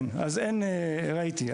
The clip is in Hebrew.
ראיתי.